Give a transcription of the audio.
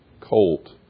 colt